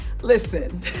listen